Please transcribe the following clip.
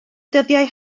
dyddiau